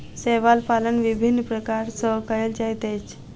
शैवाल पालन विभिन्न प्रकार सॅ कयल जाइत अछि